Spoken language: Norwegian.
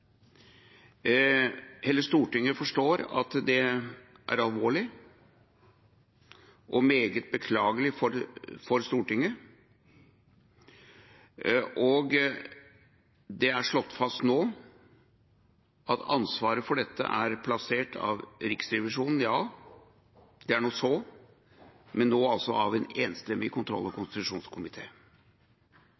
Hele Stortinget forstår at det er alvorlig og meget beklagelig for Stortinget. Det er slått fast nå at ansvaret for dette er plassert av Riksrevisjonen – det er nå så – og nå altså av en enstemmig kontroll- og